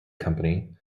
company